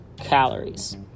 calories